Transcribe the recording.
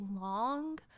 long